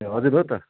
ए हजुर हो त